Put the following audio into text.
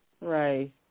right